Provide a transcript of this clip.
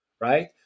right